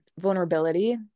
vulnerability